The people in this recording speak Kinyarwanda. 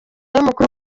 y’umukuru